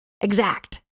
Exact